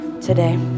today